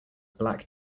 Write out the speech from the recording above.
black